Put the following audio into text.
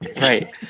Right